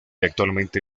actualmente